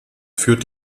führt